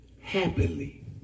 happily